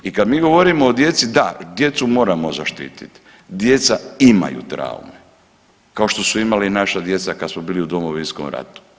I kad mi govorimo o djeci, da, djecu moramo zaštititi, djeca imaju traume kao što su imali naša djeca kad smo bili u Domovinskom ratu.